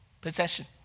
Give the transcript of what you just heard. possession